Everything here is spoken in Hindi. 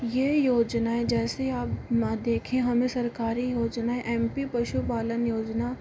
ये योजनाएं जैसे आप ना देखें हमें सरकारी योजनाएं एम पी पशुपालन योजना